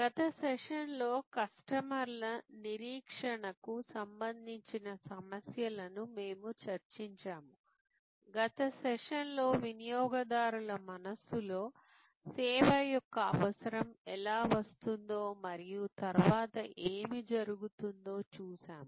గత సెషన్లో కస్టమర్ల నిరీక్షణకు సంబంధించిన సమస్యలను మేము చర్చించాము గత సెషన్లో వినియోగదారుల మనస్సులో సేవ యొక్క అవసరం ఎలా వస్తుందో మరియు తరువాత ఏమి జరుగుతుందో చూశాము